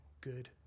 good